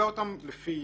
לפי